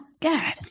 god